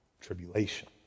tribulation